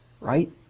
Right